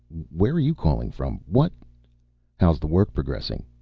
where are you calling from? what how's the work progressing?